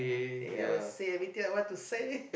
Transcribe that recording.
I will say anything I want to say